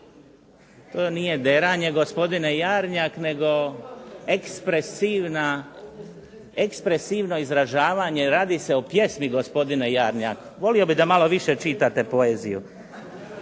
To nije deranje, gospodine Jarnjak, nego ekspresivno izražavanje. Radi se o pjesmi, gospodine Jarnjak. Volio bih da malo više čitate poeziju.